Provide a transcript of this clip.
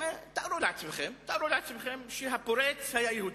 תארו לעצמכם שהפורץ היה יהודי,